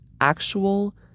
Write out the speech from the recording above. actual